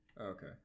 okay